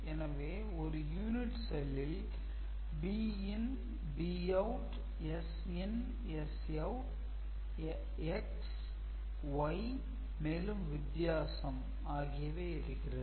எனவே ஒரு யூனிட் செல்லில் bin bout sin sout x y மேலும் வித்தியாசம் ஆகியவை இருக்கிறது